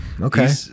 Okay